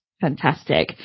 fantastic